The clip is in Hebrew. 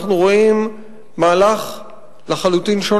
אנחנו רואים מהלך שונה לחלוטין.